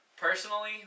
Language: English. Personally